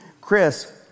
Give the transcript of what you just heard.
Chris